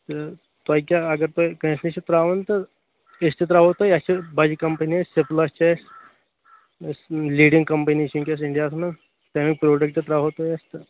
تہٕ تۄہہ کیٚاہ اَگر تۄہہ کٲنٛسہِ نِش چھُ ترٛاوُن تہٕ أسۍ تہِ ترٛاوہو تۄہہِ اَسہِ أسۍ بَجہِ کَمپٔنی سِپلا چھِ اَسہِ اَسہِ لیٖڈنٛگ کَمپٔنی چھِ ؤنکیٚس اِنٛڈیاہَس منٛز تِہٕنٛدۍ پرٛوڈکٹ ترٛاوہو تۅہہِ أسۍ تہٕ